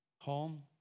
Home